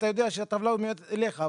אתה יודע שהטבלה אומרת אליך,